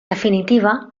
definitiva